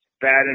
Bad